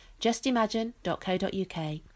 justimagine.co.uk